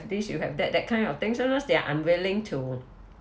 these you have that that kind of thing sometimes they are unwilling to